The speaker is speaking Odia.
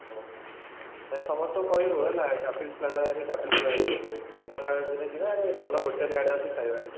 ହେଉ ତା'ହେଲେ ସମସ୍ତଙ୍କୁ କହିବୁ ହେଲା କାଫିନସ ପ୍ଲାଜା ଢେଙ୍କାନାଳ ଆଡ଼େ ଯଦି ଯିବା ଭଲ ହୋଟେଲରେ ଆରାମ ସେ ଖାଇବା